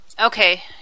Okay